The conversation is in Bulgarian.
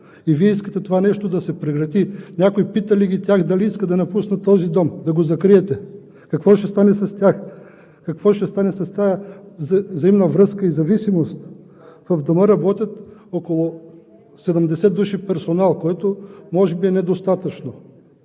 И Вие искате това нещо да се прекрати?! Някой пита ли ги тях дали искат да напуснат този дом, да го закриете? Какво ще стане с тях? Какво ще стане с тази взаимна връзка и зависимост? В Дома работят около 70 души персонал, което може би е недостатъчно.